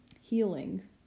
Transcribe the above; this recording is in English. healing